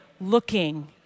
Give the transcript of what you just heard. looking